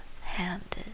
handed